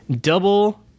double